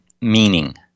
meaning